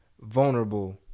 vulnerable